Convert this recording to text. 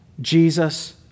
Jesus